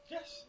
Yes